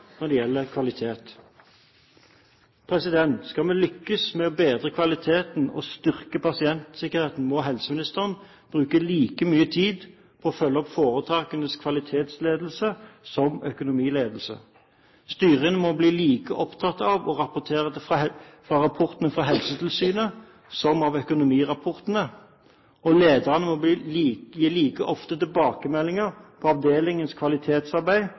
når det gjelder kvalitet. Skal vi lykkes med å bedre kvaliteten og styrke pasientsikkerheten, må helseministeren bruke like mye tid på å følge opp foretakenes kvalitetsledelse som økonomiledelse. Styrene må bli like opptatt av rapportene fra Helsetilsynet som av økonomirapportene, og lederne må gi like ofte tilbakemeldinger på avdelingenes kvalitetsarbeid